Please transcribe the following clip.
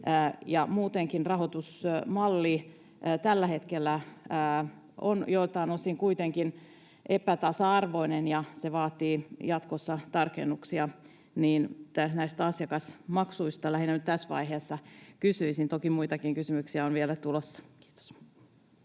Muutenkin rahoitusmalli tällä hetkellä on joiltain osin kuitenkin epätasa-arvoinen, ja se vaatii jatkossa tarkennuksia. Näistä asiakasmaksuista lähinnä nyt tässä vaiheessa kysyisin — toki muitakin kysymyksiä on vielä tulossa. — Kiitos.